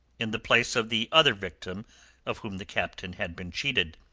in the place of the other victim of whom the captain had been cheated.